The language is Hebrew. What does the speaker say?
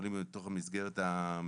יכולים להיות בתוך המסגרת המשפטית.